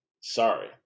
sorry